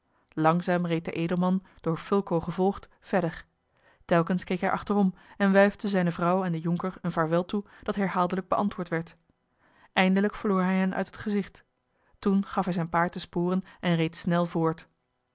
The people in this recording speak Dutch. langzaam reed de edelman door fulco gevolgd verder telkens keek hij achterom en wuifde zijne vrouw en den jonker een vaarwel toe dat herhaaldelijk beantwoord werd eindelijk verloor hij hen uit het gezicht toen gaf hij zijn paard de sporen en reed snel voort